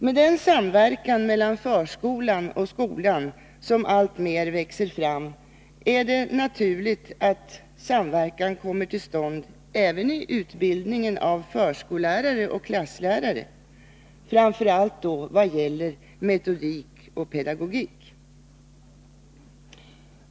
Med den samverkan mellan förskolan och skolan som alltmer växer fram är det naturligt med en samverkan även i utbildningen av förskollärare och klasslärare, framför allt vad gäller metodik och pedagogik.